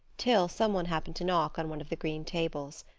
till some one happened to knock on one of the green tables.